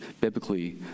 Biblically